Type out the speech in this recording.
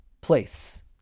place